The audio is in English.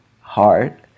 heart